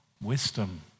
wisdom